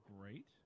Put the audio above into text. Great